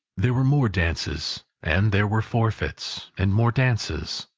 there were more dances, and there were forfeits, and more dances,